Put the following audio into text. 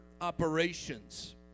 operations